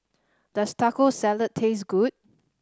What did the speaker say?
does Taco Salad taste good